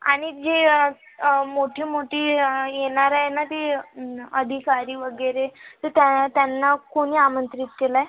आणि जी मोठी मोठी येणार आहे ना ती अधिकारी वगैरे तर त्या त्यांना कुणी आमंत्रित केलं आहे